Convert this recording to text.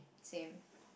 same